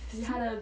洗